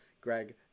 Greg